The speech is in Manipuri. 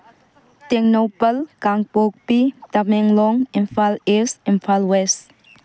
Tengnoupal Kangpokpi Tamenglong Imphal East Imphal west